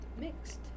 Mixed